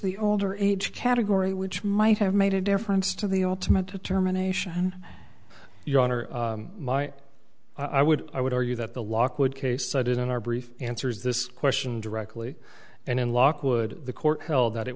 the older age category which might have made a difference to the ultimate determination your honor might i would i would argue that the lockwood case cited in our brief answers this question directly and in lockwood the court held that it